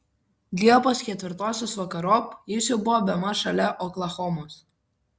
liepos ketvirtosios vakarop jis jau buvo bemaž šalia oklahomos